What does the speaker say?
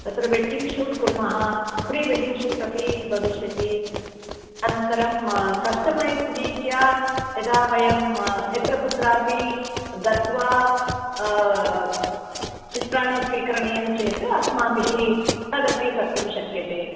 तत्र wedding shoot कुर्मः pre wedding shoot अपि भविष्यति अनन्तरं कस्टमैज़्ड् रीत्या यदा वयं यत्र कुत्रापि गत्वा चित्राणि स्वीकरणीयं चेत् अस्माभिः तदपि कर्तुं शक्यते